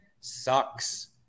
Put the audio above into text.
sucks